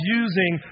using